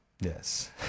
Yes